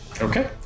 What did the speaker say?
Okay